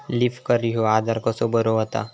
Leaf curl ह्यो आजार कसो बरो व्हता?